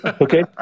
Okay